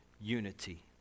unity